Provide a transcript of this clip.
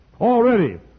already